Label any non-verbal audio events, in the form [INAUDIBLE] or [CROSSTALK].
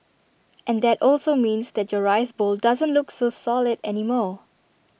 [NOISE] and that also means that your rice bowl doesn't look so solid anymore